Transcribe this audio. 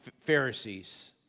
Pharisees